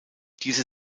diese